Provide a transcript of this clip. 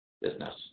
business